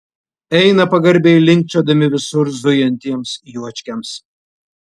eina pagarbiai linkčiodami visur zujantiems juočkiams